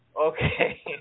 Okay